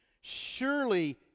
Surely